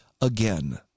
Again